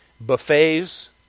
Buffets